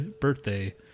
birthday